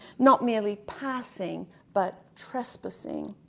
not merely passing but trespassing,